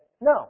No